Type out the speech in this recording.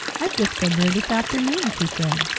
i've just been there this afternoon, she said.